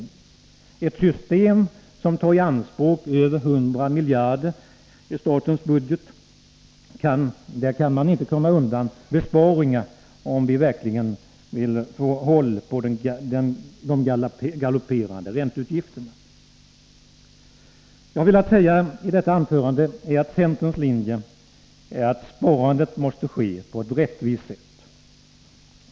I ett system som tar i anspråk över 100 miljarder i statens budget kan vi inte komma undan besparingar, om vi verkligen vill få håll på de galopperande ränteutgifterna. Det jag har velat säga i detta anförande är att centerns linje är att sparandet måste ske på ett rättvist sätt.